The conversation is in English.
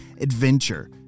adventure